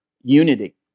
unity